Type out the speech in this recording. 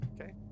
okay